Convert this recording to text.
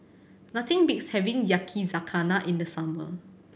nothing beats having Yakizakana in the summer